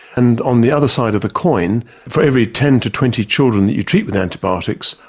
and on the other side of the coin, for every ten to twenty children that you treat with antibiotics,